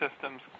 systems